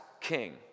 king